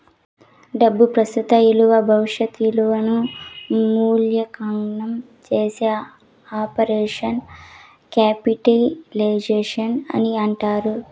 డబ్బు ప్రస్తుత ఇలువ భవిష్యత్ ఇలువను మూల్యాంకనం చేసే ఆపరేషన్ క్యాపిటలైజేషన్ అని అంటారు